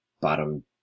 bottom